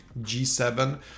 G7